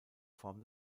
form